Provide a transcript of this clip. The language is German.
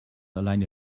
alleine